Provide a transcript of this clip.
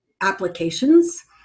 applications